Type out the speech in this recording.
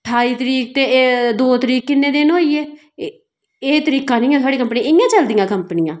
ठाई तरीक ते दौ तरीक किन्ने दिन होई गे एह् तरीका नेईं ऐ थुआढ़ी कम्पनी दा इयां चलदियां गे कंपनियां